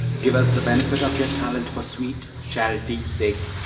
give us the benefit of your talent for sweet charity's sake,